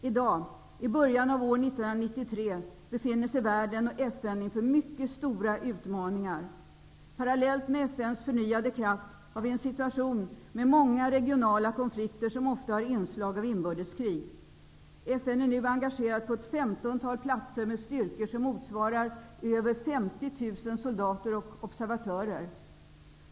I dag, i början av år 1993, befinner sig världen och FN inför mycket stora utmaningar. Parallellt med FN:s förnyade kraft har vi en situation med många regionala konflikter, som ofta har inslag av inbördeskrig. FN är nu engagerat på ett femtontal platser med styrkor som motsvarar över 50 000 soldater och observatörer.